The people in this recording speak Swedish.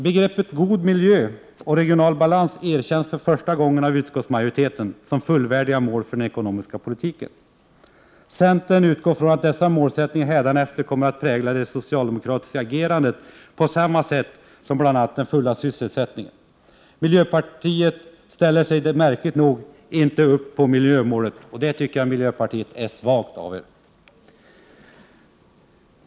Begreppen ”god miljö” och ”regional balans” erkänns för första gången av utskottsmajoriteten som fullvärdiga mål för den ekonomiska politiken. Centern utgår från att dessa målsättningar hädanefter kommer att prägla det socialdemokratiska agerandet på samma sätt som bl.a. den fulla sysselsättningen har gjort. Miljöpartiet ställer märkligt nog inte upp på miljömålet. Det tycker jag är svagt av er.